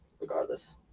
regardless